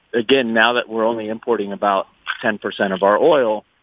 again, now that we're only importing about ten percent of our oil,